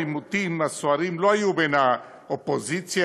העימותים הסוערים לא היו בין האופוזיציה